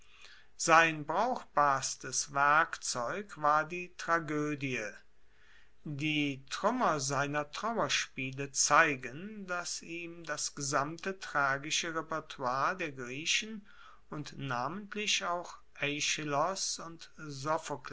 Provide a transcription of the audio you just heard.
sein brauchbarstes werkzeug war die tragoedie die truemmer seiner trauerspiele zeigen dass ihm das gesamte tragische repertoire der griechen und namentlich auch aeschylos und